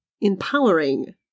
empowering